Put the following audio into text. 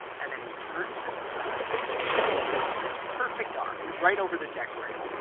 and then he turns to the side, and he pees in a perfect arc, right over the deck rail.